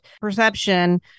perception